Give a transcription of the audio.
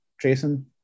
Jason